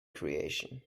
creation